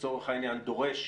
לצורך העניין דורש,